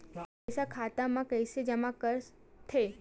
अपन पईसा खाता मा कइसे जमा कर थे?